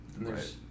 Right